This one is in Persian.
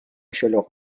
شلوغ